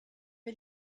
wir